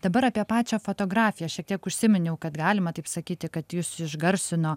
dabar apie pačią fotografiją šiek tiek užsiminiau kad galima taip sakyti kad jus išgarsino